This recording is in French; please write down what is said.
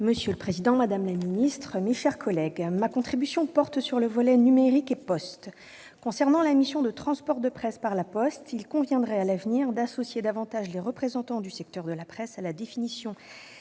Monsieur le président, madame la secrétaire d'État, mes chers collègues, ma contribution portera sur le volet numérique et postal. En ce qui concerne la mission de transport de presse par La Poste, il conviendrait, à l'avenir, d'associer davantage les représentants du secteur de la presse à la définition